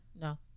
no